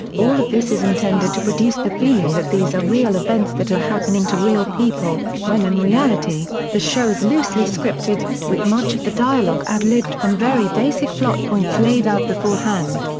all of this is intended to produce the feeling that these are real events that are happening to real people, when in reality, the show is loosely scripted, with much of the dialog ad-libbed from very basic plot points laid out beforehand.